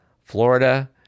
Florida